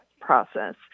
process